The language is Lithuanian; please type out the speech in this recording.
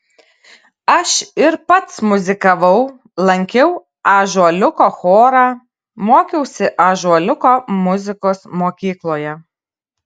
aš ir pats muzikavau lankiau ąžuoliuko chorą mokiausi ąžuoliuko muzikos mokykloje